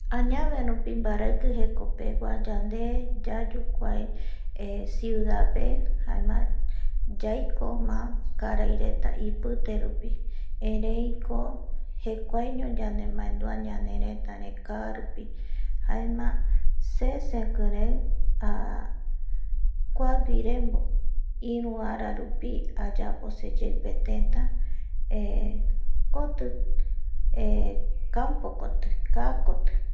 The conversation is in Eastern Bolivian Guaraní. Añave rupi baraiki jeko pegua yande yayukuae cuida pe jaema yaiko ma karai reta ipitepe. erei ko jekuaiño yande maendua ñanereta re kaa rupi jaema se, sekiren kuawire iru ara rupi ayapo seyeipe teta eh koti campo koti kaa koti